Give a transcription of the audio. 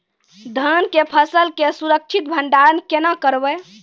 धान के फसल के सुरक्षित भंडारण केना करबै?